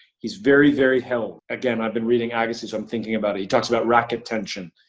he's very, very held. again, i've been reading agassi, so i'm thinking about it. he talks about racket tension,